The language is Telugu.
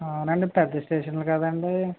అవునండీ పెద్ద స్టేషన్ కదండి